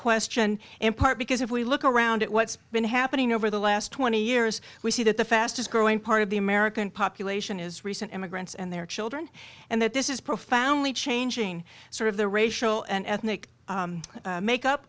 question in part because if we look around at what's been happening over the last twenty years we see that the fastest growing part of the american population is recent immigrants and their children and that this is profoundly changing sort of the racial and ethnic